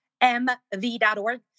mv.org